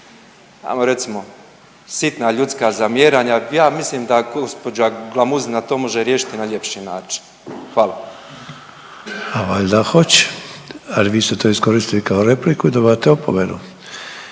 valjda hoće, ali vi ste to iskoristili kao repliku i dobivate opomenu.